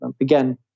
Again